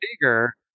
bigger